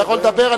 אתה יכול לדבר,